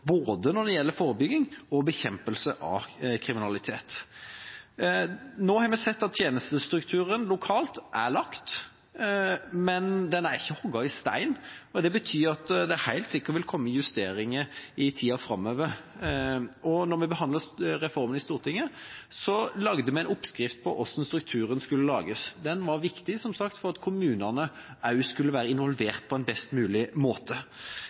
både når det gjelder forebygging og når det gjelder bekjempelse av kriminalitet. Nå har vi sett at tjenestestrukturen lokalt er lagt, men den er ikke hogd i stein. Det betyr at det helt sikkert vil komme justeringer i tida framover. Da vi behandlet reformen i Stortinget, lagde vi en oppskrift på hvordan strukturen skulle bli. Den var som sagt viktig for at også kommunene skulle være involvert på en best mulig måte.